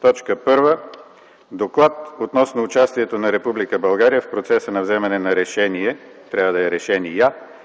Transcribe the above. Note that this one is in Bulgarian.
Точка 1 – „Доклад относно участието на Република България в процеса на взимане на решение” – трябва да е „решения”